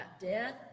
death